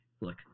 Look